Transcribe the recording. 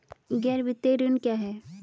गैर वित्तीय ऋण क्या है?